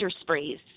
sprays